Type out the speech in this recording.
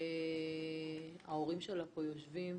שההורים שלה נמצאים פה.